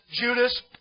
Judas